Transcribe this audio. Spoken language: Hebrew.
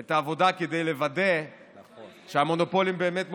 את העבודה כדי לוודא שהמונופולים באמת מוגבלים.